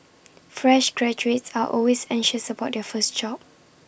fresh graduates are always anxious about their first job